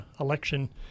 election